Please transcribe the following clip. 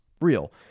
real